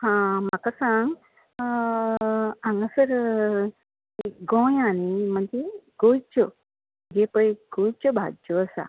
हां म्हाका सांग हांगासर गोंयांत न्ही म्हणल्यार गोंयच्यो हे पळय गोंयच्यो भाजयो आसा